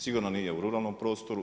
Sigurno nije u ruralnom prostoru.